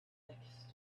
next